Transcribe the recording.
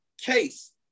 case